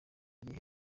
igihe